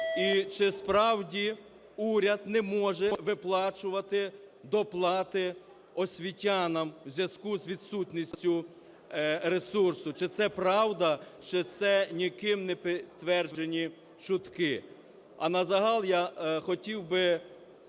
І чи справді уряд не може виплачувати доплати освітянам у зв'язку з відсутністю ресурсу. Чи це правда, чи це ніким не підтверджені чутки? А назагал я хотів би